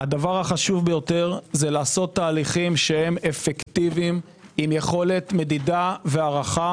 הדבר החשוב ביותר הוא לעשות תהליכים אפקטיביים עם יכולת מדידה והערכה